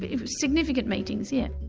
but significant meetings, yes.